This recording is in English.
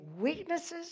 weaknesses